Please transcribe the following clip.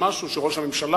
אדוני היושב-ראש,